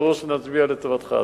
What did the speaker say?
ברור שנצביע לטובתך.